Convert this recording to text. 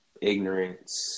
ignorance